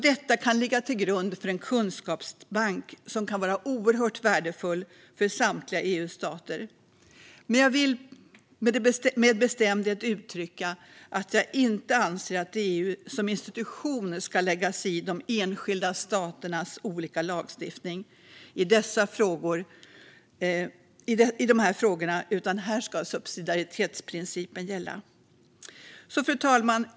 Detta kan ligga till grund för en kunskapsbank som kan vara oerhört värdefull för samtliga EU:s stater. Men jag vill med bestämdhet uttrycka att jag inte anser att EU som institution ska lägga sig i de enskilda staternas olika lagstiftning i dessa frågor; här ska subsidiaritetsprincipen gälla. Fru talman!